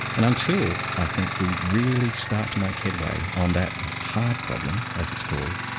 and until i think we really start to make headway on that hard problem, as it's called,